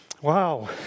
Wow